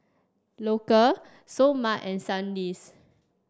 Loacker Seoul Mart and Sandisk